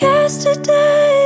Yesterday